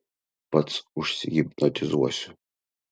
pats užsihipnotizuosiu